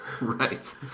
Right